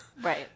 Right